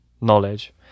knowledge